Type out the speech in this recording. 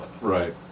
right